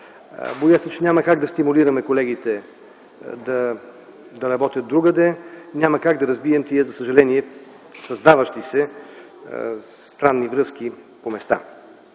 боя се, че няма как да стимулираме колегите да работят другаде, няма как да разбием тези създаващи се странни връзки по места.